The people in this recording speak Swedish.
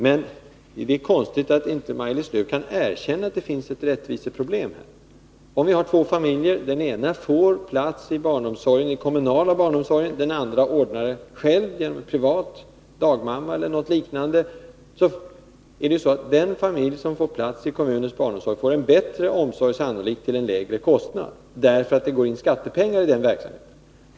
Men det är konstigt att inte Maj-Lis Lööw kan erkänna att det finns ett rättviseproblem här. Om vi jämför två familjer, där den ena får plats i den kommunala barnomsorgen och den andra ordnar barntillsynen själv genom att anlita privat dagmamma eller på annat sätt, måste vi ju konstatera att den familj som får plats i kommunens barnomsorg får en bättre omsorg, sannolikt också till en lägre kostnad. Den verksamheten betalas ju delvis med skattemedel.